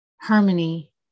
harmony